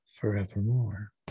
forevermore